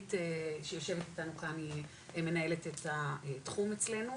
נירית שיושבת איתנו כאן היא מנהלת את התחום אצלנו,